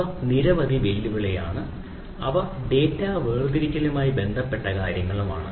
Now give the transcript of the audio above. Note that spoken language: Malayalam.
ഇവ നിരവധി വെല്ലുവിളികളാണ് അവ ഡാറ്റാ വേർതിരിക്കലുമായി ബന്ധപ്പെട്ട കാര്യങ്ങളാണ്